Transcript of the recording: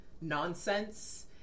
nonsense